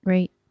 Right